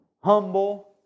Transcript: humble